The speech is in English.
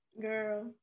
girl